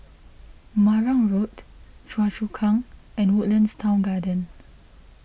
Marang Road Choa Chu Kang and Woodlands Town Garden